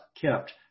kept